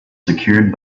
secured